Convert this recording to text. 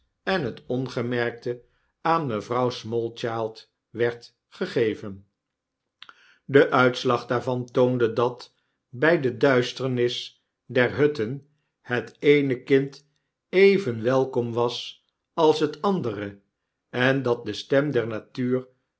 en het ongemerkte aan mevrouw smallchild werd gegeven deuitslag daarvan toonde dat by de duisternis der hutten het eene kind even welkomwasalshet andere en dat de stem der natuur